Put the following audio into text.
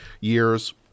years